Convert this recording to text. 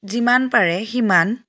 যিমান পাৰে সিমান